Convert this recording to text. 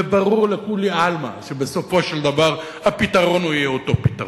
וברור לכולי עלמא שבסופו של דבר הפתרון יהיה אותו פתרון,